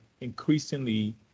increasingly